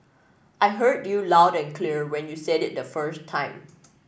I heard you loud and clear when you said it the first time